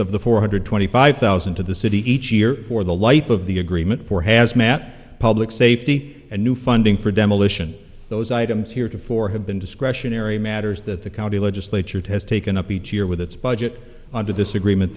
of the four hundred twenty five thousand to the city each year for the life of the agreement for hazmat public safety and new funding for demolition those items here to four have been discretionary matters that the county legislature to has taken up each year with its budget under this agreement